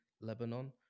Lebanon